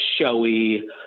showy